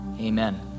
Amen